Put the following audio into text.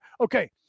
Okay